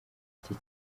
cye